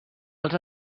als